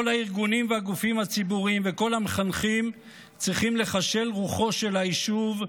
כל הארגונים והגופים הציבוריים וכל המחנכים צריכים לחשל רוחו של היישוב,